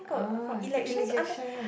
ah it's a